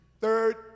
third